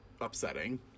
upsetting